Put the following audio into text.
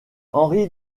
henri